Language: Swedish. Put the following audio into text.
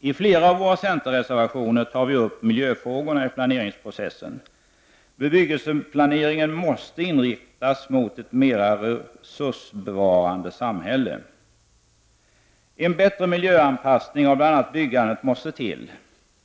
I flera av våra centerreservationer tar vi upp miljöfrågorna i planeringsprocessen. Bebyggelseplaneringen måste inriktas mot ett mera resursbevarande samhälle. En bättre miljöanpassning av bl.a. byggandet måste till.